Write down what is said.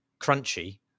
crunchy